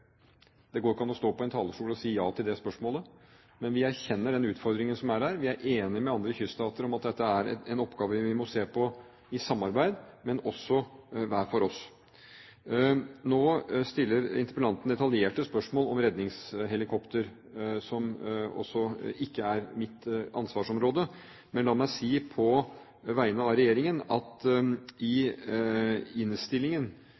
Det går ikke an å stå på en talerstol og si ja til det spørsmålet, men vi erkjenner den utfordringen som er her. Vi er enige med andre kyststater i at dette er en oppgave vi må se på i samarbeid, men også hver for oss. Nå stiller interpellanten detaljerte spørsmål om redningshelikopter, også spørsmål som ikke er mitt ansvarsområde. Men la meg si på vegne av regjeringen at i innstillingen